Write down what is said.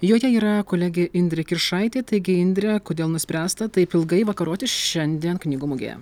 joje yra kolegė indrė kiršaitė taigi indre kodėl nuspręsta taip ilgai vakaroti šiandien knygų mugėje